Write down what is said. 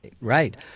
Right